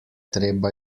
treba